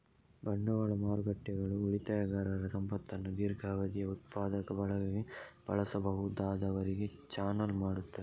ಬಂಡವಾಳ ಮಾರುಕಟ್ಟೆಗಳು ಉಳಿತಾಯಗಾರರ ಸಂಪತ್ತನ್ನು ದೀರ್ಘಾವಧಿಯ ಉತ್ಪಾದಕ ಬಳಕೆಗೆ ಬಳಸಬಹುದಾದವರಿಗೆ ಚಾನಲ್ ಮಾಡುತ್ತವೆ